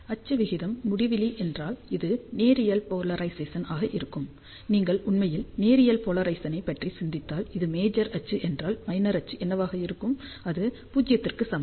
அச்சு விகிதம் முடிவிலி என்றால் அது நேரியல் போலரைசேசன் ஆக இருக்கும் நீங்கள் உண்மையில் நேரியல் போலரைசேசன் ஐப் பற்றி சிந்தித்தால் இது மேஜர் அச்சு என்றால் மைனர் அச்சு என்னவாக இருக்கும் அது 0 க்கு சமம்